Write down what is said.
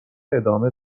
ادامه